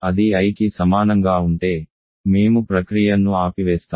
అది Iకి సమానంగా ఉంటే మేము ప్రక్రియ ను ఆపివేస్తాము